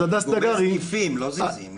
פיגום זקיפים, לא זיזים.